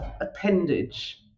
appendage